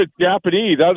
Japanese